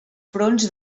fronts